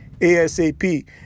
ASAP